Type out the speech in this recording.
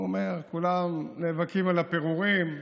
הוא אומר: כולם נאבקים על הפירורים,